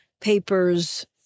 papers